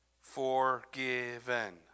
forgiven